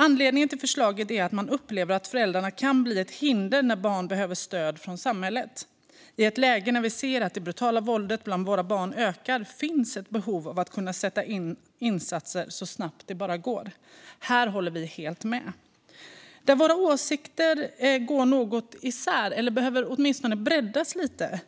Anledningen till förslaget är att man upplever att föräldrarna kan bli ett hinder när barn behöver stöd från samhället. I ett läge där vi ser att det brutala våldet bland våra barn ökar finns det ett behov av att kunna sätta in insatser så snabbt det bara går. Här håller vi helt med. Där våra åsikter går något isär, eller åtminstone behöver breddas lite grann,